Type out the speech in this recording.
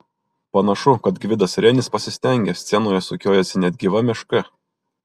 panašu kad gvidas renis pasistengė scenoje sukiojasi net gyva meška